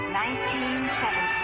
1970